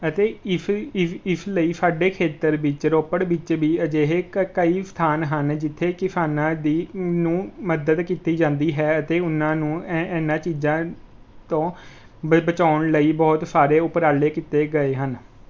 ਅਤੇ ਇਸ ਇ ਇਸ ਲਈ ਸਾਡੇ ਖੇਤਰ ਵਿੱਚ ਰੋਪੜ ਵਿੱਚ ਵੀ ਅਜਿਹੇ ਕ ਕਈ ਸਥਾਨ ਹਨ ਜਿੱਥੇ ਕਿਸਾਨਾਂ ਦੀ ਨੂੰ ਮਦਦ ਕੀਤੀ ਜਾਂਦੀ ਹੈ ਅਤੇ ਉਨਾਂ ਨੂੰ ਐ ਇਹਨਾਂ ਚੀਜ਼ਾਂ ਤੋਂ ਬ ਬਚਾਉਣ ਲਈ ਬਹੁਤ ਸਾਰੇ ਉਪਰਾਲੇ ਕੀਤੇ ਗਏ ਹਨ